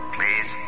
Please